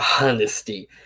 honesty